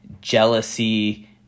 jealousy